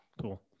Cool